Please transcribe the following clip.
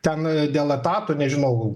ten dėl etatų nežinau